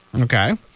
Okay